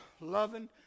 loving